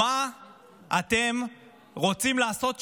מה אתם רוצים לעשות שם?